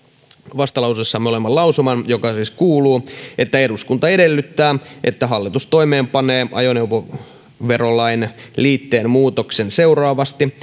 vastalauseessa olevan lausuman joka siis kuuluu eduskunta edellyttää että hallitus toimeenpanee ajoneuvoverolain liitteen muutoksen seuraavasti